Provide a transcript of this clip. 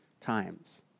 times